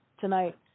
tonight